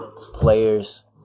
players